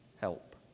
help